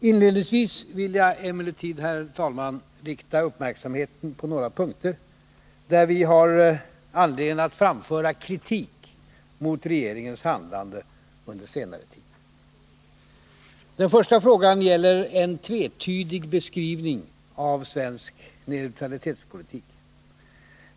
Inledningsvis vill jag emellertid, herr talman, rikta uppmärksamheten på några punkter där vi har anledning att framföra kritik mot regeringens handlande under senare tid. Den första frågan gäller en tvetydig beskrivning av svensk neutralitetspolitik.